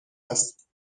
است